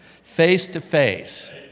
face-to-face